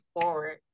forward